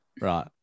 right